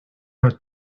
out